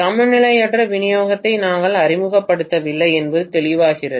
சமநிலையற்ற விநியோகத்தை நாங்கள் அறிமுகப்படுத்தவில்லை என்பது தெளிவாகிறது